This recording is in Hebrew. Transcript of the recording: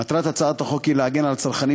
מטרת הצעת החוק היא להגן על צרכנים